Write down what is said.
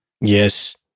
Yes